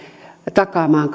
takaamaan